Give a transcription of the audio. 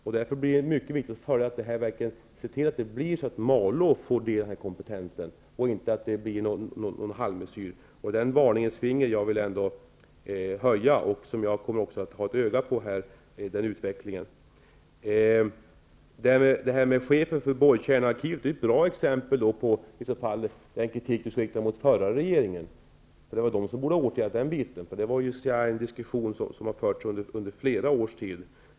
Det är mycket viktigt att se till att Malå får del av kompetensen, så att det inte blir någon halvmesyr. Jag vill höja ett varningens finger, och jag kommer att ha ett öga på utvecklingen. Frågan om chefen för borrkärnearkivet är ett bra exempel på den kritik som skall riktas mot den förra regeringen. Det var den som borde ha åtgärdat den biten. Det är en diskussion som har förts under flera års tid.